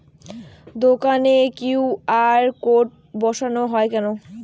দোকানে QR code বসানো হয় কেন?